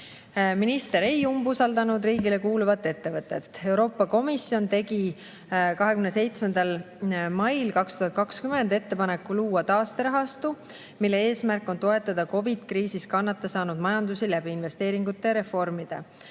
Minister ei umbusaldanud riigile kuuluvat ettevõtet. Euroopa Komisjon tegi 27. mail 2020 ettepaneku luua taasterahastu, mille eesmärk on toetada COVID-i kriisis kannatada saanud majandust investeeringute ja reformide